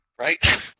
right